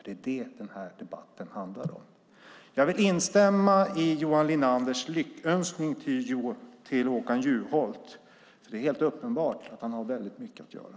Det är det den här debatten handlar om. Jag vill instämma i Johan Linanders lyckönskning till Håkan Juholt. Det är helt uppenbart att han har väldigt mycket att göra.